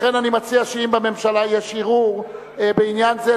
לכן אני מציע שאם בממשלה יש הרהור בעניין זה,